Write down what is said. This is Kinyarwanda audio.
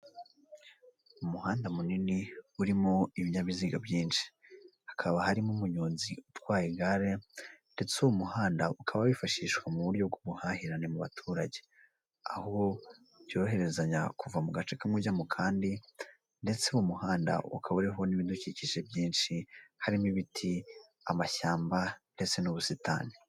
Umuhanda munini urimo ibinyabiziga byinshi. Hakaba harimo umunyonzi utwaye igare; ndetse uwo muhanda ukaba wifashishwa mu buryo bw'ubuhahirane mu baturage. Aho byoherezanya kuva mu gace kamwe umujya mu kandi, ndetse uwo muhanda ukaba uriho n'ibidukikije byinshi, harimo ibiti, amashyamba, ndetse n'ubusitani.